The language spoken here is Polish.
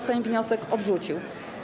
Sejm wniosek odrzucił.